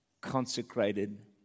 consecrated